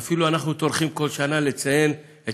ואנחנו אפילו טורחים כל שנה לציין את